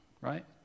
right